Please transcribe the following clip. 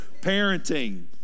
parenting